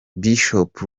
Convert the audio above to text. bishop